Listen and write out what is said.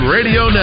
Radio